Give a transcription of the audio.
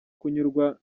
kunyurwa